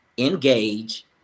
engage